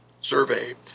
Survey